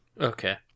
Okay